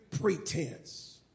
pretense